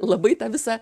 labai tą visą